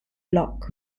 block